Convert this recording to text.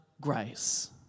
grace